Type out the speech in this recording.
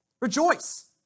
Rejoice